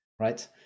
Right